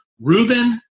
Reuben